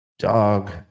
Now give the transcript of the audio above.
Dog